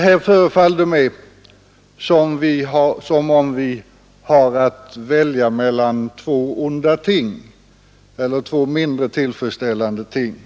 Det förefaller mig som om vi har att välja mellan två mindre tillfredsställande ting.